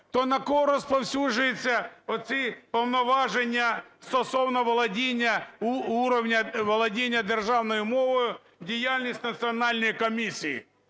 то на кого розповсюджуються оці повноваження стосовно уровня володіння державною мовою, діяльність Національної комісії?